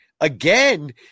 Again